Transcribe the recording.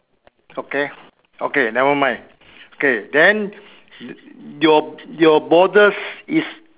okay okay never mind okay then your your borders is